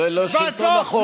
זה לא שלטון החוק.